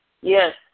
Yes